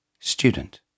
student